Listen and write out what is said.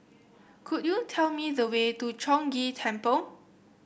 could you tell me the way to Chong Ghee Temple